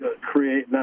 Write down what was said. create